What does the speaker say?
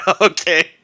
okay